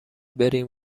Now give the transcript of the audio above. بریم